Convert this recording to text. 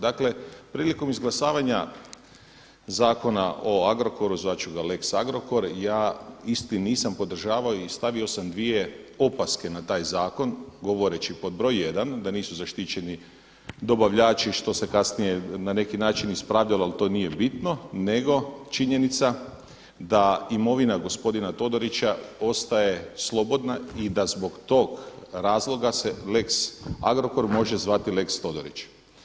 Dakle prilikom izglasavanja Zakona o Agrokoru, zvati ću ga lex Agrokor, ja isti nisam podržavao i stavio sam dvije opaske na taj zakon govoreći pod broj 1 da nisu zaštićeni dobavljači što se kasnije na neki način ispravljalo ali to nije bitno nego činjenica da imovina gospodina Todorića ostaje slobodna i da zbog tog razloga se lex Agrokor može zvati lex Todorić.